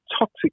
toxic